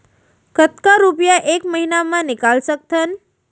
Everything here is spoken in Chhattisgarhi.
कतका रुपिया एक महीना म निकाल सकथन?